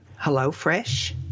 hellofresh